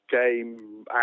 game